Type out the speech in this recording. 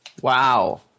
Wow